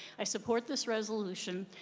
i support this resolution,